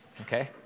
okay